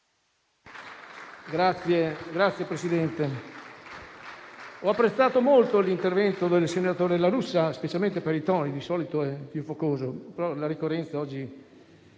Signor Presidente, ho apprezzato molto l'intervento del senatore La Russa, specialmente per i toni (di solito è più focoso), magari è la ricorrenza di oggi.